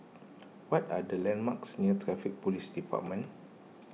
what are the landmarks near Traffic Police Department